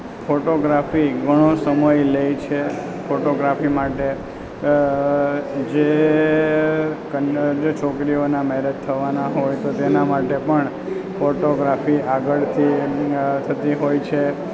photography ઘણો સમય લેછે ફોટોગ્રાફી માટે જે જે છોકરીઓનાં મેરેજ થવાના હોય તો તેના માટે પણ ફોટોગ્રાફી આગળથી એમની થતી હોય છે